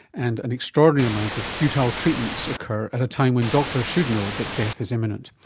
and an extremely amount of futile treatments occur at a time when doctors should know that death is imminent.